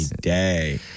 day